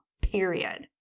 period